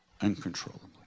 uncontrollably